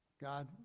God